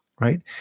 right